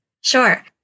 Sure